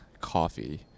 coffee